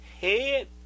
head